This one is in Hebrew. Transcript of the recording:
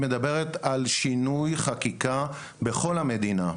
היא מדברת על שינוי חקיקה בכל המדינה.